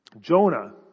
Jonah